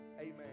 Amen